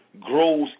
grows